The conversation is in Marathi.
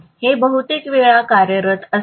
हे बहुतेक वेळा कार्यरत असते